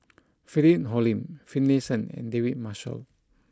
Philip Hoalim Finlayson and David Marshall